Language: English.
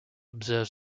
observes